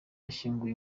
ashyinguwe